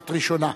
את ראשונה.